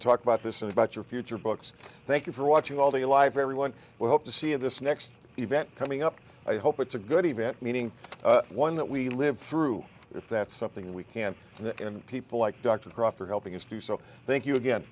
talk about this and about your future books thank you for watching all the life everyone will hope to see in this next event coming up i hope it's a good event meaning one that we lived through if that's something we can and people like dr crawford helping us do so thank you again